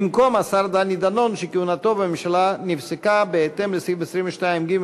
במקום השר דני דנון שכהונתו בממשלה נפסקה בהתאם לסעיף 22(ג)